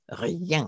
rien